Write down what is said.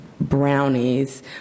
Brownies